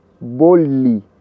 boldly